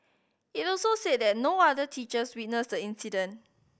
it also said that no other teachers witnessed the incident